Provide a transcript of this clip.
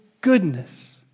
goodness